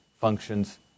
functions